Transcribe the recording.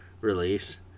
release